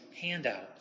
handout